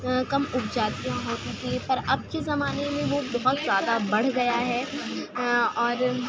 کم اگ جاتیاں ہوتی تھیں پر اب کے زمانے میں وہ بہت زیادہ بڑھ گیا ہے اور